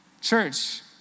Church